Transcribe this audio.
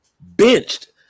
benched